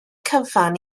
cyfan